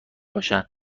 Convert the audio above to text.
باشن